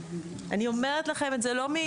אני אומרת לכם את זה לא מזה.